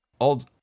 old